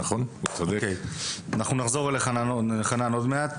נחזור אל חנן בהמשך.